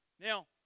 Now